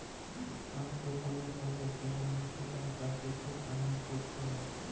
আক রকমের বাজার যেখানে সোগায় চাষীদের আনাজ বিক্রি হউ